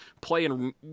playing